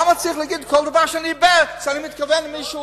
למה צריך להגיד כל דבר שאני בעד שאני מתכוון למישהו?